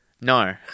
No